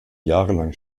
jahrelang